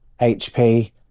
HP